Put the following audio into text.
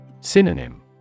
Synonym